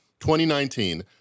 2019